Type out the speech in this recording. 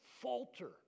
falter